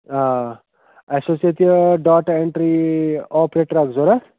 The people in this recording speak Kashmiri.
آ اَسہِ اوس ییٚتہِ ڈاٹا اینٹری آپریٹَر اَکھ ضروٗرت